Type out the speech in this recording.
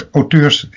auteurs